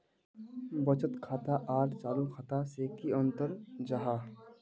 बचत खाता आर चालू खाता से की अंतर जाहा?